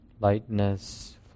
lightness